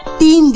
the